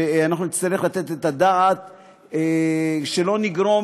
אנחנו נצטרך לתת את הדעת שלא נגרום,